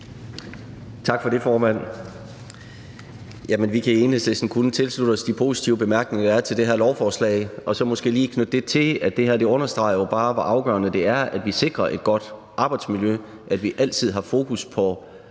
Tak for det, formand. Vi kan i Enhedslisten kun tilslutte os de positive bemærkninger, der er til det her lovforslag, og så måske lige knytte det til, at det her jo bare understreger, hvor afgørende det er, at vi sikrer et godt arbejdsmiljø, og at vi altid har fokus på